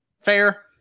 fair